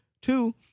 Two